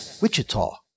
Wichita